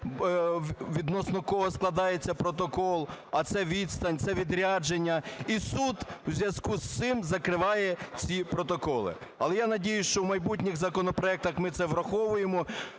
відносно кого складається протокол, а це відстань, це відрядження, і суд у зв'язку з цим закриває ці протоколи. Але я надіюсь, що в майбутніх законопроектах ми це врахуємо